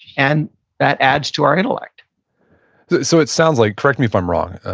and that adds to our intellect so it sounds like, correct me if i'm wrong,